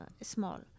small